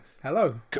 Hello